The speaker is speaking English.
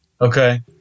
okay